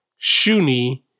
Shuni